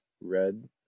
red